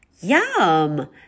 Yum